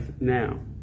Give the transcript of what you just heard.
now